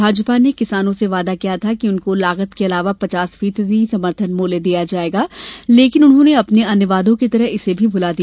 भाजपा ने किसानो से वादा किया था कि उनको लागत के अलावा पचास फीसदी समर्थन मूल्य दिया जायेगा लेकिन उन्होंने अपने अन्य वादों की तरह इसे भी पूरा नही किया